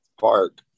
Park